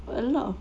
got a lot of